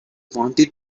wanted